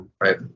Right